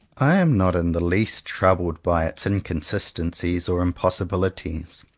i am not in the least troubled by its in consistencies or impossibilities.